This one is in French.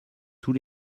tous